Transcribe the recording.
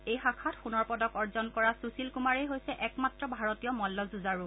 এই শাখাত সোণৰ পদক অৰ্জন কৰা সুশীল কুমাৰেই হৈছে একমাত্ৰ ভাৰতীয় মল্ল যুঁজাৰু